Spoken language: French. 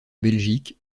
belgique